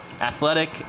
athletic